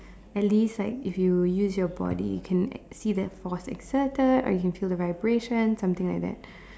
at least like if you use your body you can see the force exerted or you can feel the vibration something like that